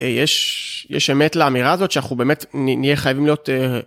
א-יש... יש אמת לאמירה הזאת, שאנחנו באמת, נ-נהיה חייבים להיות, אה...